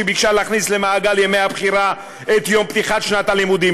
שמוצע בה להכניס למעגל ימי הבחירה את יום פתיחת שנת הלימודים.